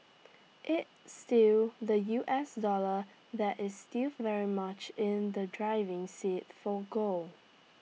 it's still the U S dollar that is still very much in the driving seat for gold